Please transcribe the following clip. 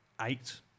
eight